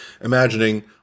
imagining